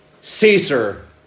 Caesar